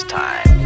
time